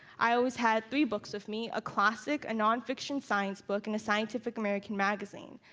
i always had three books with me, a classic, a non-fiction science book, and a scientific american magazine.